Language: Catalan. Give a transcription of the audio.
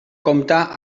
compta